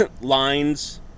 lines